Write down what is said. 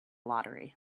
lottery